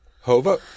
Hova